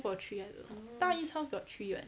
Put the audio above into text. two or three I don't know 大姨 house got three [what]